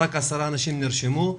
רק עשרה אנשים נרשמו,